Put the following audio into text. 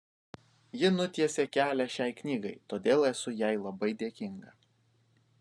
ji nutiesė kelią šiai knygai todėl esu jai labai dėkinga